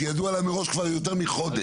שידוע עליה מראש כבר יותר מחודש.